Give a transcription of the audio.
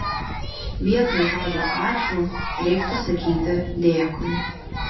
vietoj žodžio ačiū reiktų sakyti dėkui